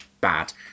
bad